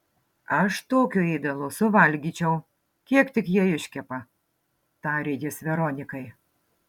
aš tokio ėdalo suvalgyčiau kiek tik jie čia iškepa tarė jis veronikai